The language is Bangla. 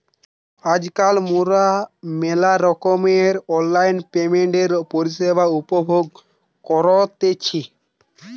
আজকাল মোরা মেলা রকমের অনলাইন পেমেন্টের পরিষেবা উপভোগ করতেছি